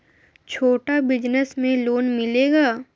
छोटा बिजनस में लोन मिलेगा?